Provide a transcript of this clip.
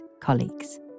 colleagues